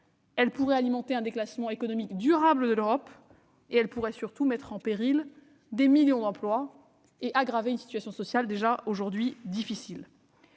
elle pourrait alimenter un déclassement économique durable de l'Europe et, surtout, elle pourrait mettre en péril des millions d'emplois et aggraver une situation sociale déjà difficile.